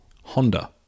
Honda